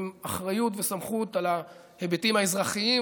עם אחריות וסמכות על ההיבטים האזרחיים